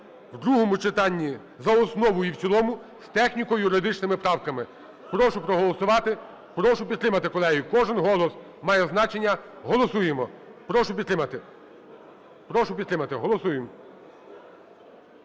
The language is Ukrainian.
в другому читанні за основу і в цілому з техніко-юридичними правками. Прошу проголосувати, прошу підтримати, колеги. Кожен голос має значення. Голосуємо. Прошу підтримати. Прошу підтримати. Голосуємо.